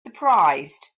surprised